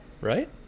right